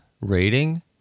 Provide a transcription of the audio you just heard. rating